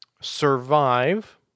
survive